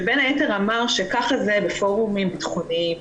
שבין היתר, אמר שככה זה בפורומים ביטחוניים.